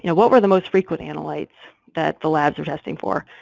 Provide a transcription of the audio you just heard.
you know what were the most frequent analytes that the labs were testing for?